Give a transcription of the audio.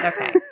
Okay